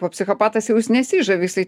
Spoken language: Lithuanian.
o psichopatas jau jis nesižavi jisai